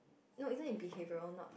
no isn't it behavioural not like